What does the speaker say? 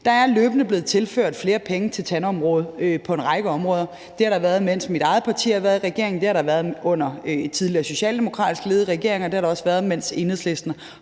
Der er løbende blevet tilført flere penge til tandområdet på en række områder. Det er der blevet, mens mit eget parti har været i regering, det er der blevet under tidligere socialdemokratisk ledede regeringer, og det er der også blevet, mens Enhedslisten har